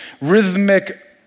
rhythmic